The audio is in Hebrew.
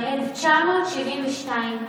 ב-1972,